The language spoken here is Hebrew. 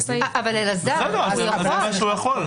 אז זה אומר שהוא יכול.